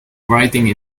writing